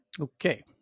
Okay